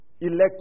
elect